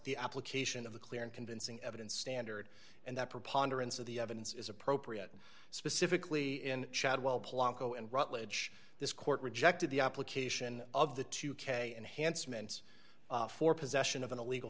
the application of the clear and convincing evidence standard and that preponderance of the evidence is appropriate specifically in chadwell palombo and rutledge this court rejected the application of the two k enhancements for possession of an illegal